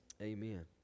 Amen